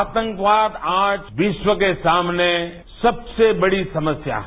आतंकवाद आज विश्व के सामने सबसे बड़ी समस्या है